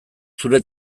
zure